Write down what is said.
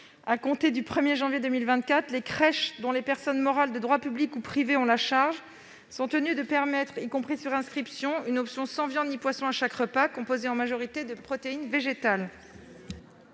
besoins des usagers, les crèches gérées par des personnes morales de droit public ou privé sont tenues de permettre, y compris sur inscription, une option sans viande ni poisson à chaque repas, composée en majorité de protéines végétales.